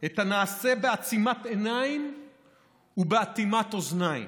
את הנעשה בעצימת עיניים ובאטימת אוזניים,